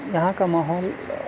یہاں کا ماحول